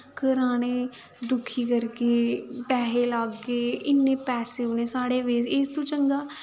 घरै आह्लें गी दुखी करगे पैहे लाह्गे इन्ने पैसे उ'नें साढ़े इस तो चंगा